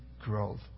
growth